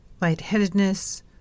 lightheadedness